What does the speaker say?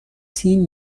تیم